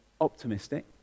optimistic